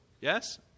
Yes